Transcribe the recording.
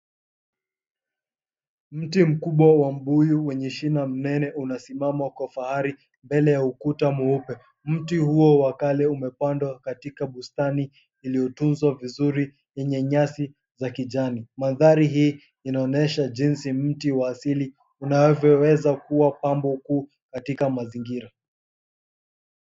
Mti mkubwa wa mbuyu wenye shina mnene unasimama kwa fahari mbele ya ukuta mweupe. Mti huo wa kale umepandwa katika bustani iliyotunzwa vizuri yenye nyasi za kijani. Mandhari hii inaonyesha jinsi mti wa asili unavyoweza kuwa pambo kuu katika mazingira.